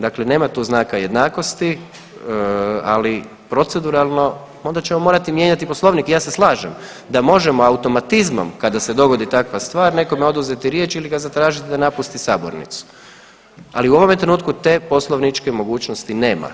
Dakle, nema tu znaka jednakosti, ali proceduralno, onda ćemo morati mijenjati Poslovnik i ja se slažem da možemo automatizmom kada se dogodi takva stvar nekome oduzeti riječ ili ga zatražili da napusti sabornicu, ali u ovome trenutku te poslovničke mogućnosti nema.